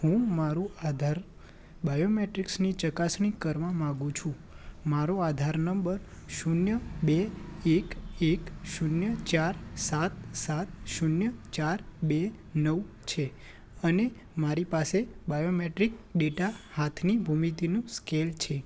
હું મારું આધાર બાયોમેટ્રિક્સની ચકાસણી કરવા માંગુ છું મારો આધાર નંબર શૂન્ય બે એક એક શૂન્ય ચાર સાત સાત શૂન્ય ચાર બે નવ છે અને મારી પાસે બાયોમેટ્રિક ડેટા હાથની ભૂમિતિનું સ્કેન છે